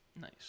nice